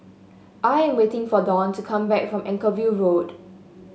I am waiting for Dwane to come back from Anchorvale Road